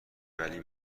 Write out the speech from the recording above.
ولی